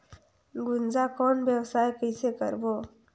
गुनजा कौन व्यवसाय कइसे करबो?